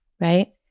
right